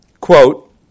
quote